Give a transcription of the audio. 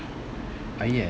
ஐய:iya